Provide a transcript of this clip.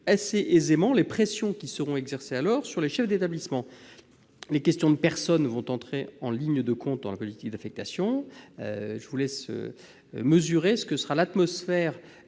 assez aisément les pressions qui seront exercées sur les chefs d'établissements. Les questions de personnes vont entrer en ligne de compte dans la politique d'affectation ... Je vous laisse imaginer l'atmosphère